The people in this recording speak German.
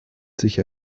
sich